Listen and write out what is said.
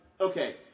okay